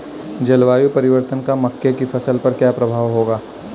जलवायु परिवर्तन का मक्के की फसल पर क्या प्रभाव होगा?